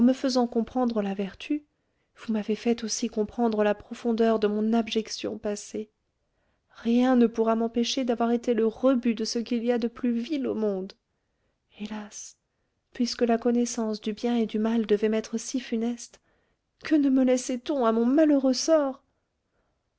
faisant comprendre la vertu vous m'avez fait aussi comprendre la profondeur de mon abjection passée rien ne pourra m'empêcher d'avoir été le rebut de ce qu'il y a de plus vil au monde hélas puisque la connaissance du bien et du mal devait m'être si funeste que ne me laissait on à mon malheureux sort